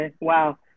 Wow